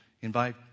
invite